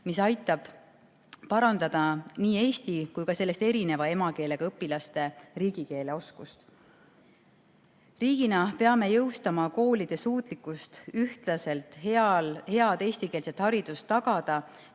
mis aitab parandada nii eesti kui ka sellest erineva emakeelega õpilaste riigikeeleoskust. Riigina peame jõustama koolide suutlikkust tagada ühtlaselt head eestikeelset haridust